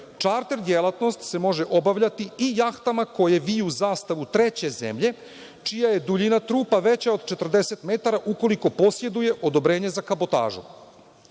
„čarter djelatnost se može obavljati i jahtama koje viju zastavu treće zemlje čija je duljina trupa veća od 40 metara, ukoliko posjeduje odobrenje za kabotažu“.